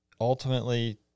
ultimately